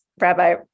rabbi